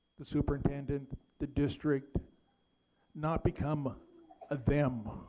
the superintendent, the district not become a them,